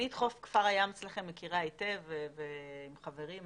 את חוף כפר הים אצלכם אני מכירה היטב ואני באה עם חברים.